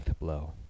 blow